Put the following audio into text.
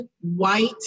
white